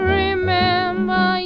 remember